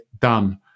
done